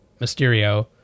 Mysterio